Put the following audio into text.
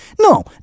no